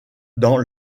dans